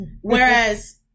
Whereas